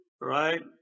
right